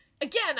Again